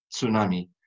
tsunami